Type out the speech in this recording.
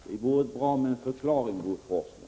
Det vore bra med en förklaring, Bo Forslund.